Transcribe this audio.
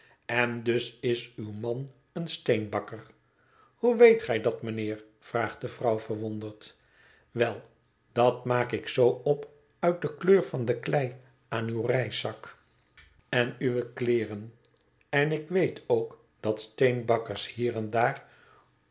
en dus is uw man een steenbakker hoe weet gij dat mijnheer vraagt de vrouw verwonderd wel dat maak ik zoo op uit de kleur van de klei aan uw reiszak en uwe kleeren en ik weet ook dat steenbakkers hier en daar